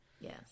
Yes